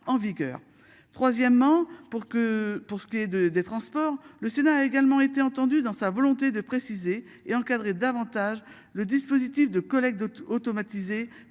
en vigueur. Troisièmement pour que pour ce qui est de, des transports, le Sénat a également été entendu dans sa volonté de préciser et encadrer davantage le dispositif de collecte d'automatisée